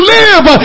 live